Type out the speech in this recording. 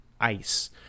ice